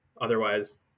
otherwise